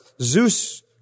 Zeus